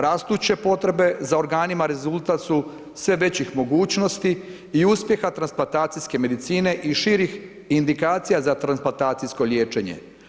Rastuće potrebe za organima rezultat su sve većih mogućnosti i uspjeha transplantacijske medicine i širih indikacija za transplantacijsko liječenje.